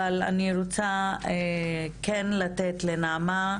אבל אני רוצה כן לתת לנעמה,